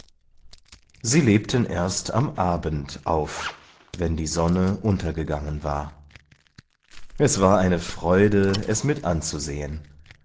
sie lebten erst am abend auf wenn die sonne untergegangen war es war eine freude es mit anzusehen